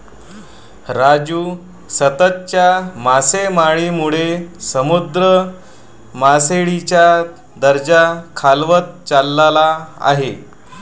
राजू, सततच्या मासेमारीमुळे समुद्र मासळीचा दर्जा खालावत चालला आहे